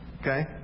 okay